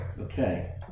Okay